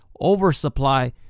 oversupply